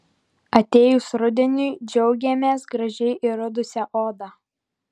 atėjus rudeniui džiaugiamės gražiai įrudusia oda